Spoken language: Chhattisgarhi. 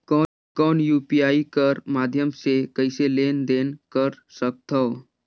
कौन यू.पी.आई कर माध्यम से कइसे लेन देन कर सकथव?